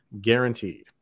guaranteed